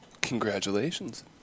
Congratulations